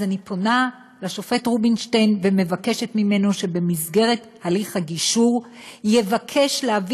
אז אני פונה לשופט רובינשטיין ומבקשת ממנו שבמסגרת הליך הגישור יבקש להביא